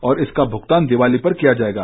और इसका भूगतान दीवाली पर किया जाएगा